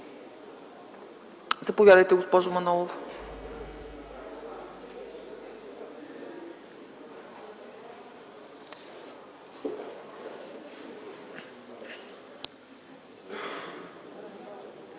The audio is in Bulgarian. Заповядайте, госпожо Манолова.